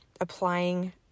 applying